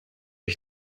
ich